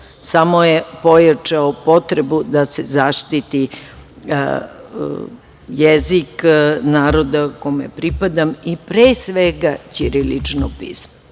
samo je pojačao potrebu da se zaštiti jezik naroda kome pripadam, i pre svega ćirilično pismo.